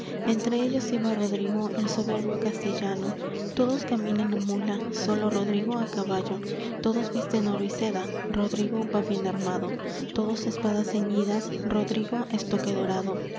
entre ellos iba rodrigo el soberbio castellano todos caminan á mula sólo rodrigo á caballo todos visten oro y seda rodrigo va bien armado todos espadas ceñidas rodrigo estoque dorado